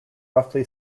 roughly